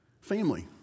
family